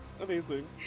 Amazing